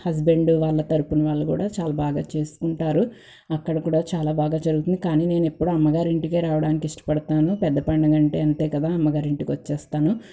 husband వాళ్ళ తరపున వాళ్ళ కూడా చాలా బాగా చేసుకుంటారు అక్కడ కూడా చాలా బాగా జరుగుతుంది కానీ నేనెప్పుడు అమ్మగారింటికే రావడానికిష్టపడతాను పెద్ద పండగంటే అంతే కదా అమ్మగారింటికే వచ్చేస్తాను